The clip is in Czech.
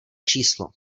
číslo